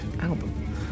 album